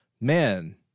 man